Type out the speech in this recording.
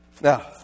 now